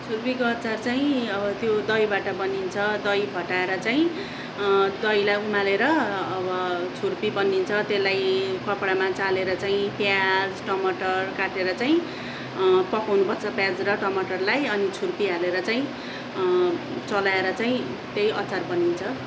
छुर्पीको अचार चाहिँ अब त्यो दहीबाट बनिन्छ दही फटाएर चाहिँ दहीलाई उमालेर अब छुर्पी बनिन्छ त्यसलाई कपडामा चालेर चाहिँ प्याच टमाटर काटेर चाहिँ पकाउनुपर्छ प्याज र टमाटरलाई अनि छुर्पी हालेर चाहिँ चलाएर चाहिँ त्यही अचार बनिन्छ